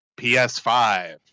PS5